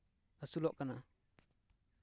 ᱟᱹᱥᱩᱞᱚᱜ ᱠᱟᱱᱟ